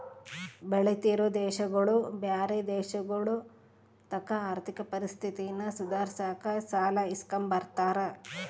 ಬೆಳಿತಿರೋ ದೇಶಗುಳು ಬ್ಯಾರೆ ದೇಶಗುಳತಾಕ ಆರ್ಥಿಕ ಪರಿಸ್ಥಿತಿನ ಸುಧಾರ್ಸಾಕ ಸಾಲ ಇಸ್ಕಂಬ್ತಾರ